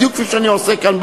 בדיוק כפי שאני עושה כאן,